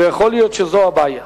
ויכול להיות שזו הבעיה.